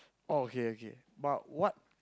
oh okay okay but what